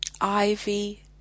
Ivy